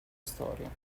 storia